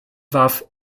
warf